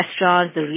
restaurants